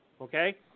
Okay